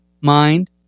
mind